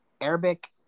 Arabic